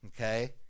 okay